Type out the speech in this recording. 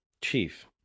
chief